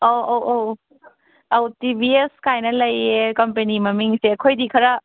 ꯑꯧ ꯑꯧ ꯑꯧ ꯑꯧ ꯇꯤ ꯕꯤ ꯑꯦꯁ ꯀꯥꯏꯅ ꯂꯩꯌꯦ ꯀꯝꯄꯅꯤ ꯃꯃꯤꯡꯁꯦ ꯑꯩꯈꯣꯏꯗꯤ ꯈꯔ